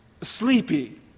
sleepy